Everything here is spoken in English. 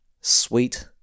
Sweet